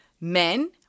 men